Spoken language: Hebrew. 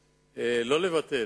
לבטל,